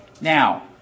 Now